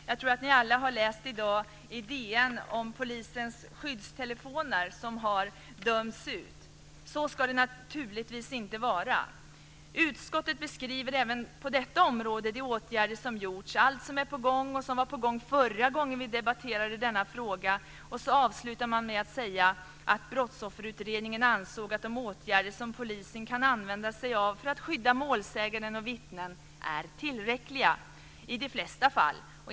Jag tror att ni alla har läst i DN i dag om polisens skyddstelefoner som har dömts ut. Så ska det naturligtvis inte vara. Utskottet beskriver även på detta område de åtgärder som har vidtagits - allt som är på gång och som var på gång också förra gången vi diskuterade denna fråga. Man avslutar med att säga att Brottsofferutredningen ansåg att de åtgärder som polisen kan använda sig av för att skydda målsäganden och vittnen är tillräckliga i de flesta fall.